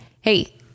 Hey